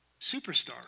superstar